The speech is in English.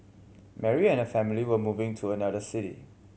Mary and her family were moving to another city